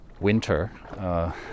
winter